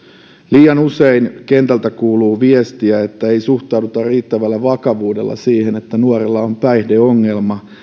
liian usein kentältä kuuluu viestiä että ei suhtauduta riittävällä vakavuudella siihen että nuorella on päihdeongelma